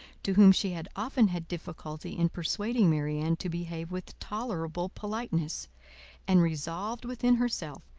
to whom she had often had difficulty in persuading marianne to behave with tolerable politeness and resolved within herself,